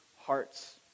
hearts